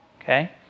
okay